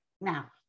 now